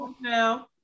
now